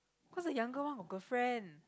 cause the younger one got girlfriend